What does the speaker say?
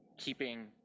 keeping